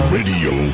Radio